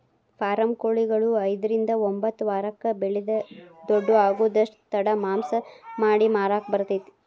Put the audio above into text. form ಕೊಳಿಗಳು ಐದ್ರಿಂದ ಒಂಬತ್ತ ವಾರಕ್ಕ ಬೆಳಿದ ದೊಡ್ಡು ಆಗುದಷ್ಟ ತಡ ಮಾಂಸ ಮಾಡಿ ಮಾರಾಕ ಬರತೇತಿ